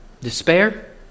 despair